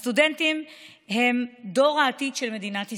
הסטודנטים הם דור העתיד של מדינת ישראל,